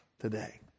today